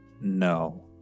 no